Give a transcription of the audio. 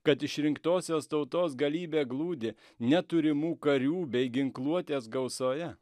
kad išrinktosios tautos galybė glūdi ne turimų karių bei ginkluotės gausoje